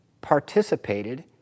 participated